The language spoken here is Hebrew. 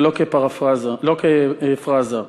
ולא כפראזה,